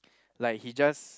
like he just